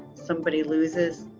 somebody loses.